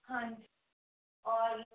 हाँजी और